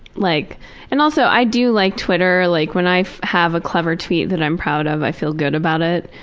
like and also i do like twitter, like when i have a clever tweet that i'm proud of i feel good about it.